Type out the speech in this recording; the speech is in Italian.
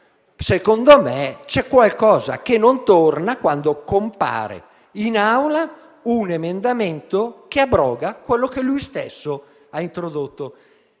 Secondo me, c'è qualcosa che non torna, quando compare in Aula un emendamento che abroga quello che egli stesso ha introdotto.